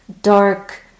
dark